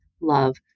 love